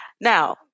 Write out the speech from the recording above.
Now